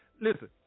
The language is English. listen